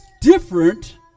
different